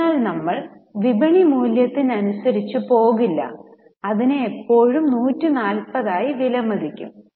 അതിനാൽ നമ്മൾ വിപണി മൂല്യത്തിനനുസരിച്ച് പോകില്ല അതിനെ ഇപ്പോഴും 140 ആയി വിലമതിക്കും